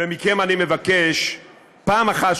ומכם אני מבקש: פעם אחת,